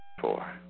Four